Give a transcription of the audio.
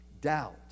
doubt